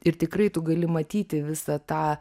ir tikrai tu gali matyti visą tą